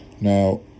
Now